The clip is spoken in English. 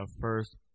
first